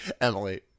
Emily